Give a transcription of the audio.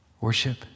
Worship